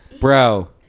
Bro